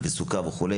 סוכר וכו',